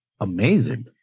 Amazing